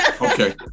Okay